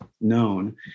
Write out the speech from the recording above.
Known